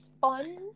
fun